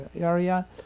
area